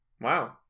Wow